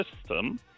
system